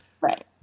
Right